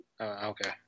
Okay